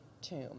tomb